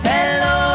Hello